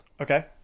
Okay